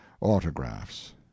autographs